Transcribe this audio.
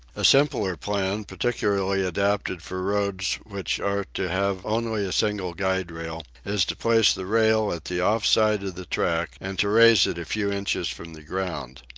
a simpler plan, particularly adapted for roads which are to have only a single guide-rail, is to place the rail at the off-side of the track, and to raise it a few inches from the ground.